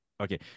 Okay